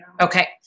Okay